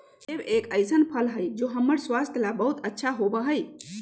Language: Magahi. सेब एक ऐसन फल हई जो हम्मर स्वास्थ्य ला बहुत अच्छा होबा हई